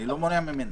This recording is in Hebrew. אני לא מונע ממנו.